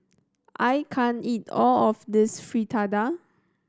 I can't eat all of this Fritada